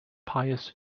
pious